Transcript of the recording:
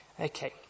Okay